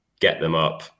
get-them-up